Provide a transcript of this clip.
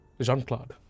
Jean-Claude